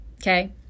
okay